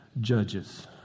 judges